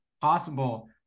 possible